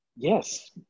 Yes